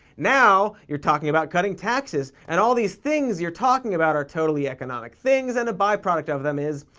now you're talking about cutting taxes, and all these things you're talking about are totally economic things and a byproduct of them is,